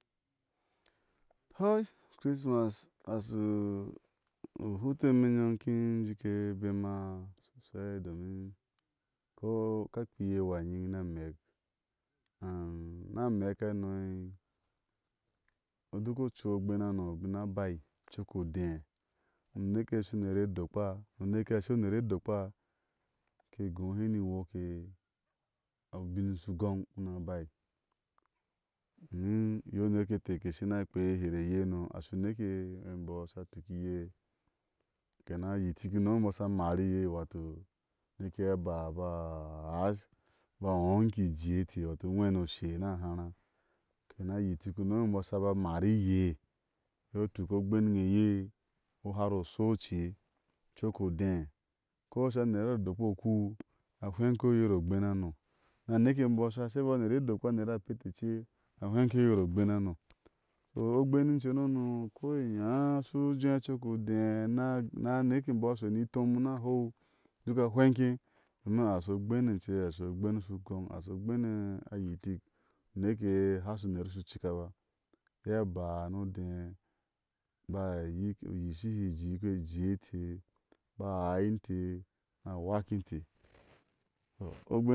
Amma mboh agɛ hano asale mboh wur suleja to kuma abom agui ajɛh bo suleja ja shahsha hun nu suleja amma abom a shohum ni ukphim agɛtɛ bom kɛ sho ni mboh kɛ hai shoyir na ti anihiuner otekpe mi me sha shi ngɛ ba ehe intɛ kɛ sha she har niki cheng te sha she binge tɛ inte she shok antɛɛ te ka kau ram sosai ke sho je jeh kog a ji ram he ka iɛu nasara hi ka lei ihideh ko gaji ram he ka lei ihideh ivam sha tɔɔngo isho iram obin alea ushonu ochui tɛ shok ke jhenk gberubinalea sosai anwei sha gui har ɛ sana ni ha tɔ amma ŋcheneng be nyi rame cibi ke nyi kapa abinecibi tɔ amma chuk ni shoho abine cibi naha cɛ atayɔɔ ba boh rogo boh we asho ke hina kapi duka sha binne cibi tɔ duk mboh khoh ko cui